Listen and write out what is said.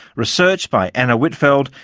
research by anna whitfeld,